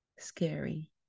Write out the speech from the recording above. scary